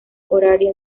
horaria